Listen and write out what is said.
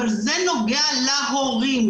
אבל זה נוגע להורים.